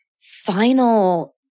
final